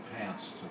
pants